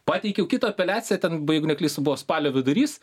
pateikiau kitą apeliaciją ten buvo jeigu neklystu buvo spalio vidurys